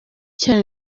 cyane